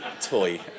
toy